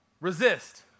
Resist